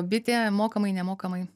bitė mokamai nemokamai